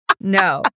no